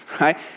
right